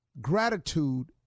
gratitude